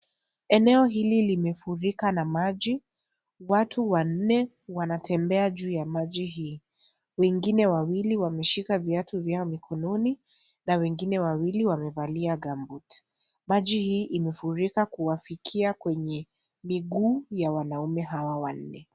Eneo hili limefurika na maji, watu wanne wanatembea juu ya maji hili, wengine wawili wameshika viatu vyao mikononi na wengine wawili wamevalia gumboot . Maji hii imefurika kuwafikia kwenye miguu ya wanaume hawa wanne.